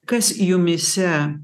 kas jumyse